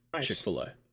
Chick-fil-A